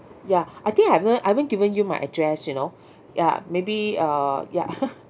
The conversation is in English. ya I think I haven't I haven't given you my address you know ya maybe uh ya